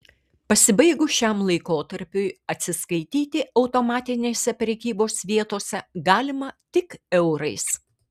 pasibaigus šiam laikotarpiui atsiskaityti automatinėse prekybos vietose galima tik eurais